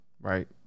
Right